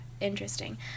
interesting